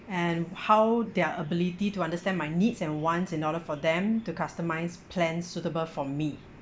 and how their ability to understand my needs and wants in order for them to customise plans suitable for me